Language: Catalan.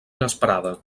inesperada